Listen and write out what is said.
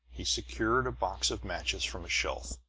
he secured a box of matches from a shelf,